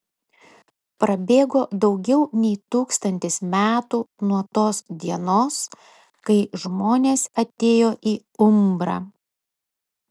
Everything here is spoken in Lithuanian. prabėgo daugiau nei tūkstantis metų nuo tos dienos kai žmonės atėjo į umbrą